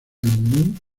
ningún